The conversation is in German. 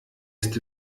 ist